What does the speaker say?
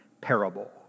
parable